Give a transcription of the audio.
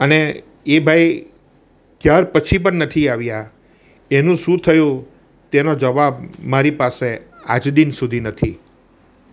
અને એ ભાઈ ત્યાર પછી પણ નથી આવ્યા એનું શું થયું તેનો જવાબ મારી પાસે આજ દિન સુધી નથી